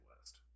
West